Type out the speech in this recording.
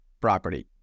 property